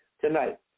tonight